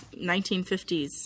1950s